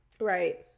right